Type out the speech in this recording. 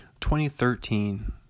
2013